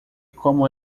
como